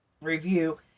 review